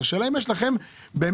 השאלה אם יש לכם תוכנית?